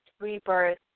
rebirth